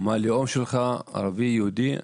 מה הלאום שלך, ערבי, יהודי.